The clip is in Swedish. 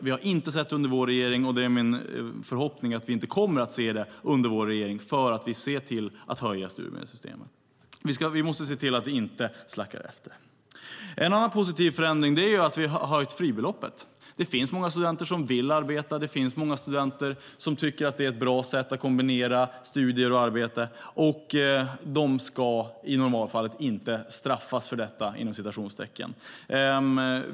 Vi har inte sett det under vår regering, och det är min förhoppning att vi inte kommer att se det under vår regering, för vi ser till att höja studiemedlet. Vi måste se till att vi inte sackar efter. En annan positiv förändring är att vi har höjt fribeloppet. Det finns många studenter som vill arbeta. Det finns många studenter som tycker att det är ett bra sätt att kombinera studier och arbete. De ska i normalfallet inte straffas för detta.